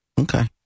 Okay